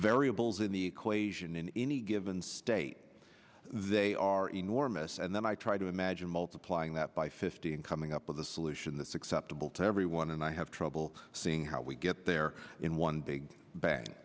variables in the equation in any given state they are enormous and then i try to imagine multiplying that by fifty and coming up with a solution that's acceptable to everyone and i have trouble seeing how we get there in one big bang